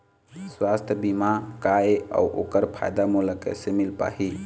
सुवास्थ बीमा का ए अउ ओकर फायदा मोला कैसे मिल पाही?